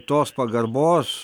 tos pagarbos